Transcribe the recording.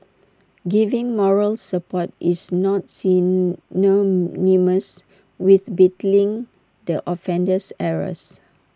giving moral support is not synonymous with belittling the offender's errors